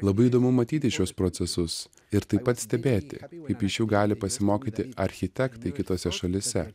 labai įdomu matyti šiuos procesus ir taip pat stebėti kaip iš jų gali pasimokyti architektai kitose šalyse